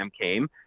came